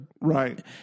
right